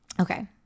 Okay